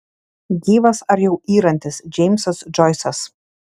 gyvas ar jau yrantis džeimsas džoisas